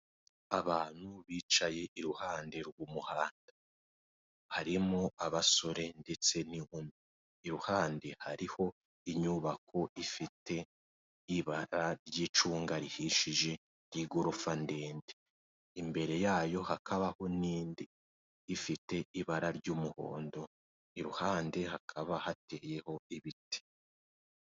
Abantu bicaye iruhande rw'umuhanda, harimo abasore ndetse n'inkumi, iruhande hariho inyubako ifite ibara ry'icunga rihishije ry'igorofa ndende, imbere yaho hakabaho n'indi ifite ibara ry'umuhondo, iruhande hakaba hateyeho ibiti.